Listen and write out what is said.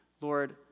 Lord